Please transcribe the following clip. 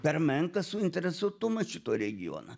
per menkas suinteresuotumas šituo regiona